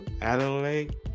Adelaide